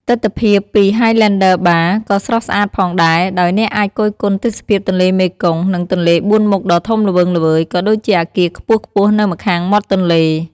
ទិដ្ឋភាពពី ហាយឡែនឌឺ បារ (Highlander Bar) ក៏ស្រស់ស្អាតផងដែរ ដោយអ្នកអាចគយគន់ទេសភាពទន្លេមេគង្គ និងទន្លេបួនមុខដ៏ធំល្វឹងល្វើយ ក៏ដូចជាអគារខ្ពស់ៗនៅម្ខាងមាត់ទន្លេ។